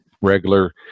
regular